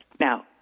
Now